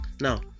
Now